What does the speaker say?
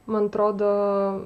man atrodo